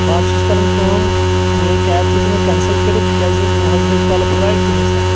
بہٕ حظ چھُس کران کٲم میٲنۍ کیب تھٲے زیو وۄنۍ کینسل کٔرتھ کیٛازِ مےٚ حظ گٔے پلہ فٕلایٹ تہِ مِس حظ